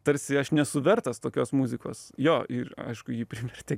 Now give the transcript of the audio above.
tarsi aš nesu vertas tokios muzikos jo ir aišku jį privertė